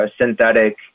synthetic